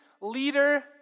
leader